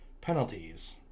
Penalties